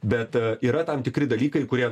bet yra tam tikri dalykai kurie